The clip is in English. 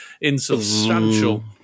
insubstantial